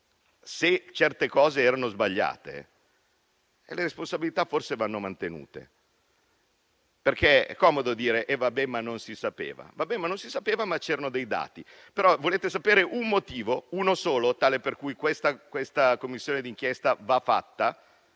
se certe cose erano sbagliate, le responsabilità forse vanno mantenute. È comodo dire: vabbè, ma non si sapeva. Non si sapeva, ma c'erano dei dati. Volete sapere un motivo, uno solo, tale per cui questa Commissione d'inchiesta va fatta?